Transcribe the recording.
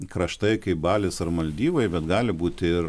kraštai kaip balis ar maldyvai bet gali būti ir